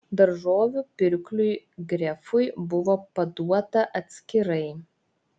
daržovių pirkliui grefui buvo paduota atskirai